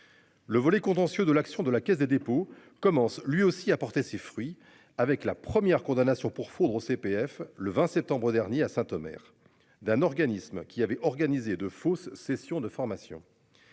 Le volet contentieux de l'action de la Caisse des dépôts commence lui aussi a porté ses fruits avec la première condamnation pour fondre au CPF. Le 20 septembre dernier à Saint Omer d'un organisme qui avait organisé de fausses sessions de formation.--